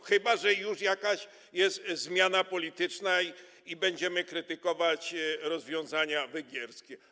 Chyba że już jest jakaś zmiana polityczna i będziemy krytykować rozwiązania węgierskie.